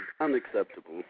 unacceptable